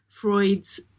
Freud's